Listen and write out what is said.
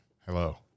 Hello